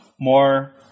more